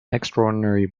extraordinary